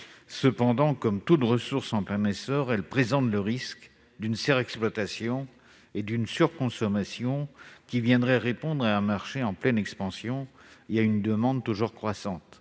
Cependant, comme toute ressource en plein essor, elle présente le risque d'une surexploitation et d'une surconsommation qui viendraient répondre à un marché en pleine expansion et à une demande toujours croissante.